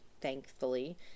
thankfully